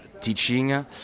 teaching